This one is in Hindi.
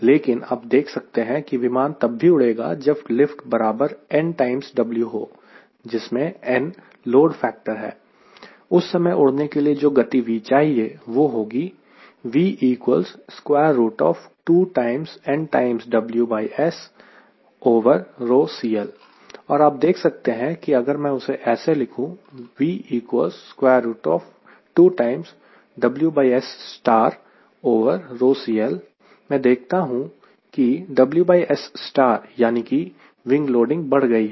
लेकिन आप देख सकते हैं कि विमान तब भी उड़ेगा जब लिफ्ट बराबर nW हो जिसमें n लोड फैक्टर है उस समय उड़ने के लिए जो गति V चाहिए वह होगी और आप देख सकते हैं कि अगर मैं उसे ऐसे लिखूं मैं देखता हूं कि है WS यानी कि विंग लोडिंग बढ़ गई है